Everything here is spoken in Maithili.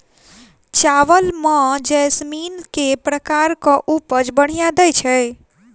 चावल म जैसमिन केँ प्रकार कऽ उपज बढ़िया दैय छै?